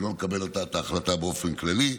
ולא נקבל את ההחלטה באופן כללי.